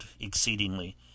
exceedingly